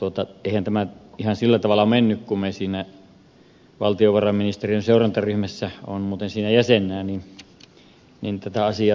eihän tämä ihan sillä tavalla mennyt kun me siinä valtiovarainministeriön seurantaryhmässä olen muuten siinä jäsenenä tätä asiaa tarkastelimme